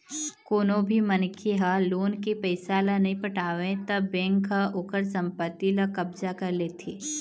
कोनो भी मनखे ह लोन के पइसा ल नइ पटावय त बेंक ह ओखर संपत्ति ल कब्जा कर लेथे